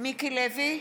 מיקי לוי,